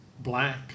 Black